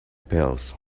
pills